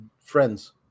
friends